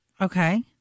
Okay